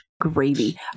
gravy